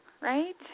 right